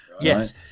Yes